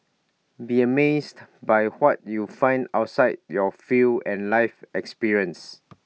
be amazed by what you find outside your field and life experiences